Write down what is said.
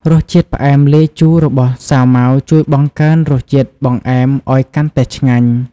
រសជាតិផ្អែមលាយជូររបស់សាវម៉ាវជួយបង្កើនរសជាតិបង្អែមឱ្យកាន់តែឆ្ងាញ់។